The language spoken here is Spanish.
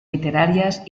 literarias